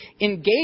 engage